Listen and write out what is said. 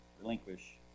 relinquish